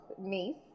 niece